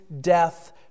death